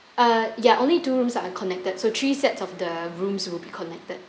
uh ya only two rooms are connected so three sets of the rooms would be connected